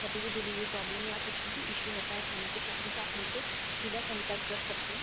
कभी भी delivery problem या कुछ भी इशू होता है खाने के साथ में तो आप हमसे सीधा संपर्क कर सकते हैं